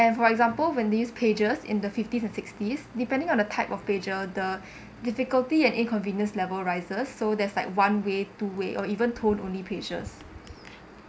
and for example when these pagers in the fifties and sixties depending on the type of pager the difficulty and inconvenience level rises so there's like one way two way or even tone only pagers